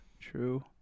True